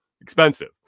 expensive